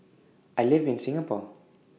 I live in Singapore